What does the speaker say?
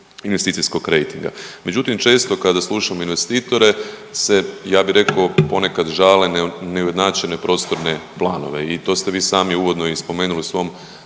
investicijskog rejtinga. Međutim, često kada slušamo investitore se, ja bih rekao ponekad žale na neujednačene prostorne planove i to ste vi i sami uvodno i spomenuli u svom